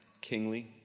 kingly